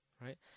right